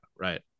Right